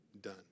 done